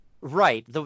Right